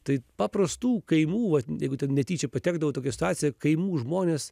tai paprastų kaimų va jeigu ten netyčia patekdavau į tokią situaciją kaimų žmonės